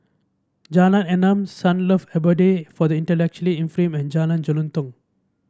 Jalan Enam Sunlove Abode for the Intellectually Infirmed and Jalan Jelutong